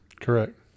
correct